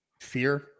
Fear